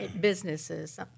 businesses